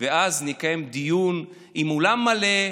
ואז נקיים דיון באולם מלא,